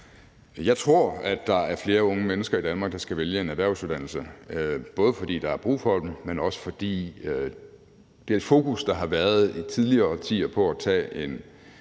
Jeg tror, at der er flere unge mennesker i Danmark, der skal vælge en erhvervsuddannelse, både fordi der er brug for dem, men også, fordi det fokus, der i tidligere årtier har været på at tage en